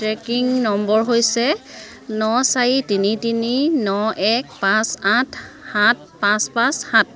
trekking নম্বৰ হৈছে ন চাৰি তিনি তিনি ন এক পাঁচ আঠ সাত পাঁচ পাঁচ সাত